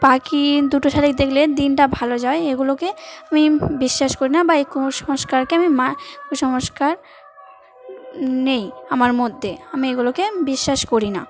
পাখি দুটো শালিখ দেখলে দিনটা ভালো যায় এগুলোকে আমি বিশ্বাস করি না বা এই কুসংস্কারকে আমি কুসংস্কার নেই আমার মধ্যে আমি এগুলোকে বিশ্বাস করি না